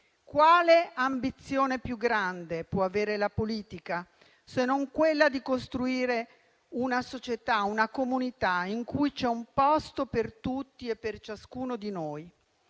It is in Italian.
Quale ambizione più grande può avere la politica, se non quella di costruire una società, una comunità, in cui c'è un posto per tutti e per ciascuno di noi?